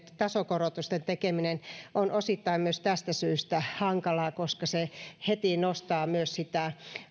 tasokorotusten tekeminen on osittain myös tästä syystä hankalaa koska se heti nostaa myös